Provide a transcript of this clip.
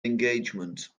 engagement